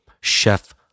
chef